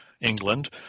England